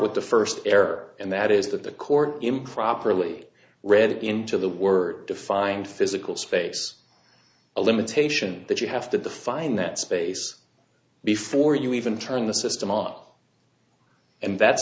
with the first error and that is that the court improperly read into the word defined physical space a limitation that you have to define that space before you even turn the system ott and that's